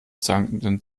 zankenden